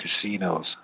casinos